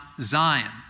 Zion